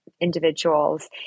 individuals